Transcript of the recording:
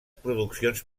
produccions